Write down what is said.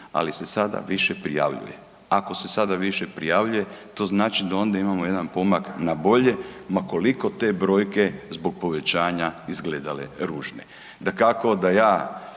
ali se sada više prijavljuje. Ako se sada više prijavljuje to znači da onda imamo jedan pomak na bolje ma koliko te brojke zbog povećanja izgledale ružne. Dakako da ja